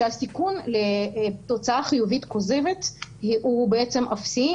שהסיכון לתוצאה חיובית כוזבת הוא אפסי,